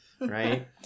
Right